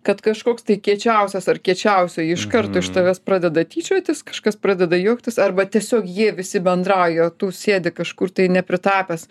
kad kažkoks tai kiečiausias ar kiečiausioji iš karto iš tavęs pradeda tyčiotis kažkas pradeda juoktis arba tiesiog jie visi bendrauja o tu sėdi kažkur tai nepritapęs